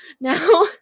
Now